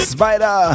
Spider